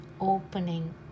opening